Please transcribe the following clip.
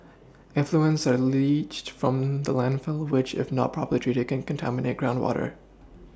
effluents are leached from the landfill which if not properly treated can contaminate groundwater